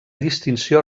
distinció